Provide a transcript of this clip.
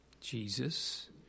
Jesus